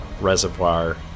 Reservoir